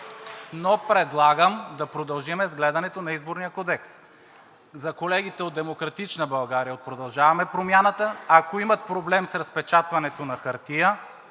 Предлагам да продължим с гледането на Изборния кодекс. За колегите от „Демократична България“, от „Продължаваме Промяната“, ако имат проблем с разпечатването на хартия,